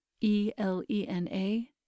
E-L-E-N-A